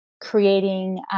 creating